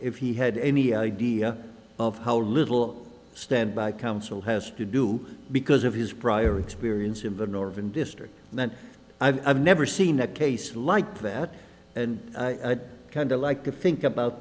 if he had any idea of how little standby counsel has to do because of his prior experience in the northern district and then i've never seen a case like that and kind of like to think about